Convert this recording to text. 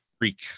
freak